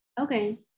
okay